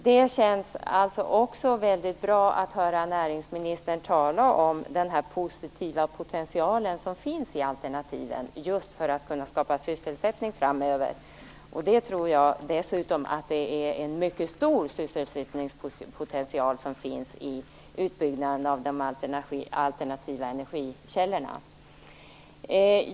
Det känns därför också bra att höra näringsministern tala om den positiva potential som finns i alternativen just när det gäller att kunna skapa sysselsättning framöver. Jag tror dessutom att det är en mycket stor sysselsättningspotential som finns i utbyggnaden av de alternativa energikällorna.